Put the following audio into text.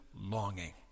longing